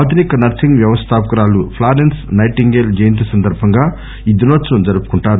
ఆధునిక నర్సింగ్ వ్యవస్థాపకురాలు Florence Nightingale జయంతి సందర్భంగా ఈ దినోత్పవం జరుపుకుంటారు